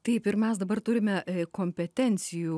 taip ir mes dabar turime kompetencijų